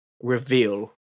reveal